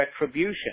retribution